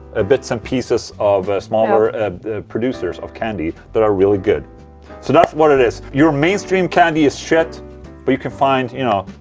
ah bits and pieces of smaller producers of candy that are really good so that's what it is your mainstream candy is shit but you can find, you know,